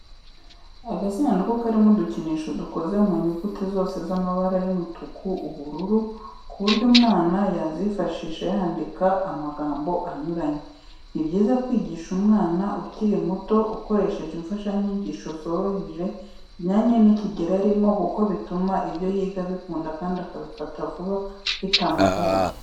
Agasanduku karimo udukinisho dukoze mu nyuguti zose z'amabara y'umutuku n'ubururu ku buryo umwana yazifashisha yandika amagambo anyuranye. Ni byiza kwigisha umwana ukiri muto ukoresheje imfashanyigisho zoroheje zijyanye n'ikigero arimo kuko bituma ibyo yiga abikunda kandi akabifata vuba bitamugoye.